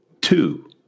two